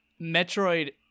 metroid